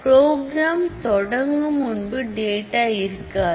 program தொடங்கு முன்பு data இருக்காது